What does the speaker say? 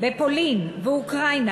בפולין ובאוקראינה,